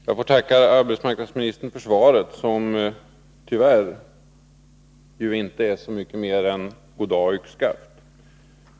Herr talman! Jag får tacka arbetsmarknadsministern för svaret, som tyvärr inte är så mycket mer än goddag — yxskaft.